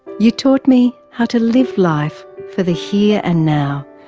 you taught me how to live life for the here and now,